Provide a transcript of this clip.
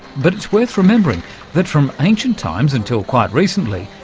but it's worth remembering that from ancient times until quite recently,